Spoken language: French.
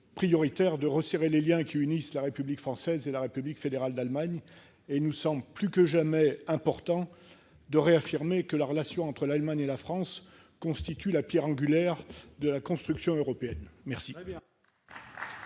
de resserrer les liens unissant la République française et la République fédérale d'Allemagne. Plus que jamais, il semble important de réaffirmer que la relation entre l'Allemagne et la France constitue la pierre angulaire de la construction européenne. Très